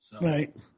Right